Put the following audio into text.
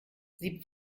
sie